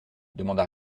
demanda